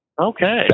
Okay